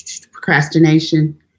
procrastination